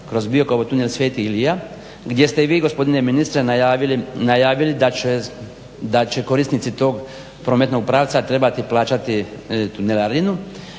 kroz Biokovo, tunel Sv. Ilija gdje ste i vi gospodine ministre najavili da će korisnici tog prometnog pravca trebati plaćati tunelarinu.